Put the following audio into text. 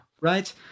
Right